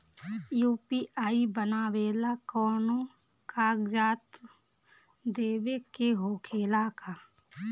UPI बनावेला कौनो कागजात देवे के होखेला का?